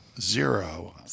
zero